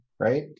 right